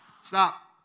Stop